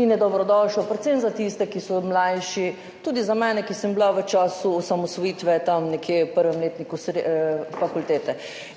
in je dobrodošel predvsem za tiste, ki so mlajši, tudi za mene, ki sem bila v času osamosvojitve tam nekje v 1. letniku fakultete.